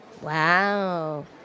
Wow